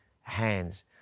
hands